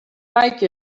like